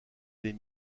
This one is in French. des